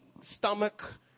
stomach